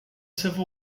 civil